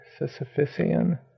Sisyphean